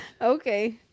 Okay